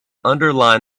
underline